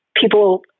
People